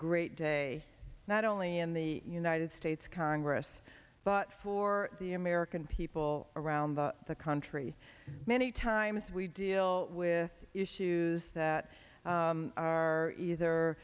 great day not only in the united states congress but for the american people around the country many times we deal with issues that are